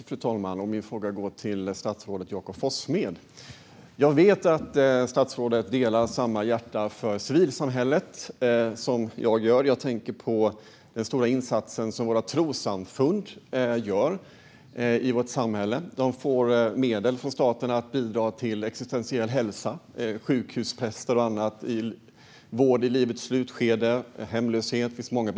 Fru talman! Min fråga går till statsrådet Jakob Forssmed. Jag vet att statsrådets hjärta klappar lika varmt för civilsamhället som mitt gör. Jag tänker på den stora insats som våra trossamfund gör i vårt samhälle. De får medel från staten för att bidra när det gäller existentiell hälsa, sjukhuspräster, vård i livets slutskede, hemlöshet och annat.